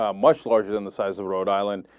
ah much larger than the size of rhode island